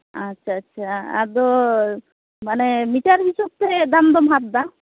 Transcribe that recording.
ᱟᱪᱪᱷᱟ ᱟᱪᱪᱷᱟ ᱟᱫᱚ ᱢᱟᱱᱮ ᱢᱤᱴᱟᱨ ᱦᱤᱥᱟᱹᱵ ᱛᱮ ᱫᱟᱢ ᱫᱚᱢ ᱦᱟᱛ ᱮᱫᱟ